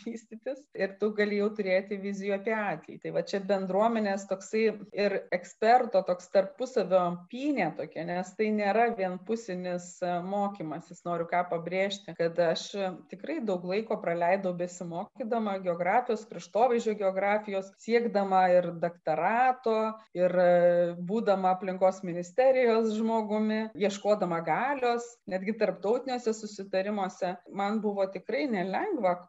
vystytis ir tu gali turėti viziją apie ateitį va čia bendruomenės toksai ir eksperto toks tarpusavio pynė tokia nes tai nėra vienpusinis mokymasis noriu ką pabrėžti kad aš tikrai daug laiko praleidau besimokydama geografijos kraštovaizdžio geografijos siekdama ir daktarato ir būdama aplinkos ministerijos žmogumi ieškodama galios netgi tarptautiniuose susitarimuose man buvo tikrai nelengva